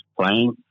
playing